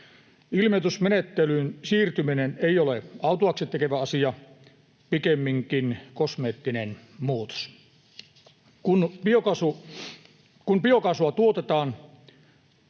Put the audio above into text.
Ilmoitusmenettelyyn siirtyminen ei ole autuaaksi tekevä asia, pikemminkin kosmeettinen muutos. Kun biokaasua tuotetaan,